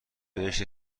بهش